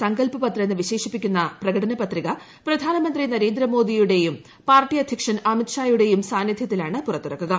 സങ്കല്പ് പത്ര എന്ന് വിശേഷിപ്പിക്കുന്ന പ്രകടനപത്രിക പ്രധാനമന്ത്രി നരേന്ദ്രമോദിയും പാർട്ടി അധ്യക്ഷൻ അമിത്ഷായുടെയും സാന്നിദ്ധ്യത്തിലാണ് പുറത്തിറക്കുക